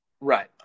Right